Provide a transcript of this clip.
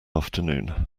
afternoon